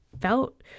felt